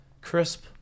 crisp